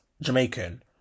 Jamaican